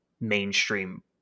mainstream